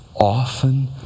often